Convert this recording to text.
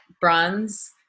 bronze